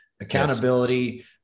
Accountability